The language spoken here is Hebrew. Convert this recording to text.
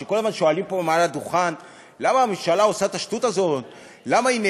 כל הזמן שואלים פה מעל הדוכן: למה הממשלה עושה את השטות הזאת?